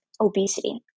obesity